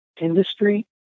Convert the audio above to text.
industry